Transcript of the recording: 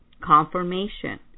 Confirmation